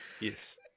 Yes